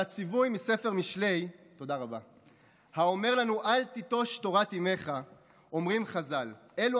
על הציווי מספר משלי האומר לנו "אל תִּטֹּשׁ תורת אמך" אומרים חז"ל: אלו